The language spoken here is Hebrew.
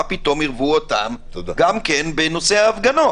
מה פתאום עירבו אותם גם כן בנושא ההפגנות?